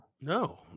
No